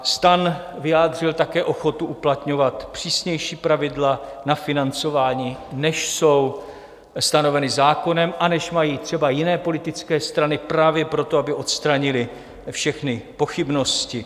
STAN vyjádřil také ochotu uplatňovat přísnější pravidla na financování, než jsou stanoveny zákonem a než mají třeba jiné politické strany, právě proto, aby odstranili všechny pochybnosti.